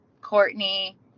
Courtney